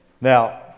Now